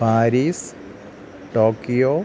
Paris Tokyo